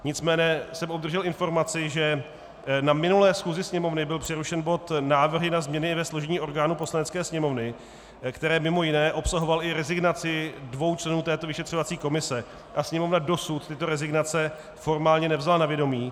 Nicméně jsem obdržel informaci, že na minulé schůzi Sněmovny byl přerušen bod Návrhy na změny ve složení orgánů Poslanecké sněmovny, který mimo jiné obsahoval i rezignaci dvou členů této vyšetřovací komise, a Sněmovna dosud tyto rezignace formálně nevzala na vědomí.